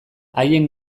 haien